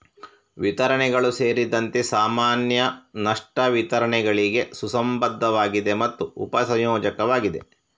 ವಿತರಣೆಗಳು ಸೇರಿದಂತೆ ಸಾಮಾನ್ಯ ನಷ್ಟ ವಿತರಣೆಗಳಿಗೆ ಸುಸಂಬದ್ಧವಾಗಿದೆ ಮತ್ತು ಉಪ ಸಂಯೋಜಕವಾಗಿದೆ